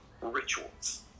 rituals